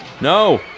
No